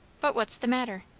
but what's the matter?